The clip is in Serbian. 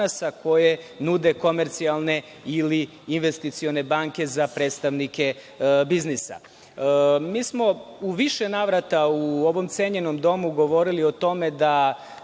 koje nude komercijalne ili investicione banke za predstavnike biznisa. Mi smo u više navrata u ovom cenjenom domu govorili o tome da